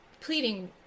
pleading